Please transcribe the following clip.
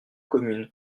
communes